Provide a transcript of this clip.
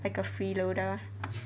like a free loader